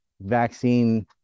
vaccine